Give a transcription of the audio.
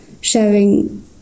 sharing